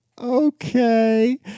okay